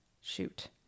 Shoot